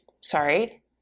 sorry